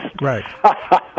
Right